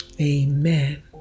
Amen